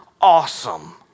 awesome